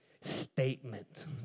statement